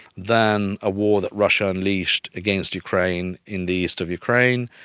then a war that russia unleashed against ukraine in the east of ukraine,